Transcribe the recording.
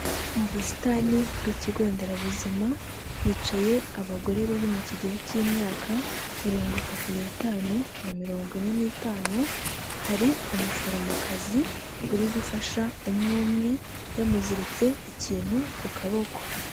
Mu busitani bw'ikigo nderabuzima, hicaye abagore bari mu kigero cy'imyaka mirongo itatu n'itanu na mirongo ine n'itanu, hari umuforomokazi uri gufasha umwe umwe yamuziritse ikintu ku kaboko.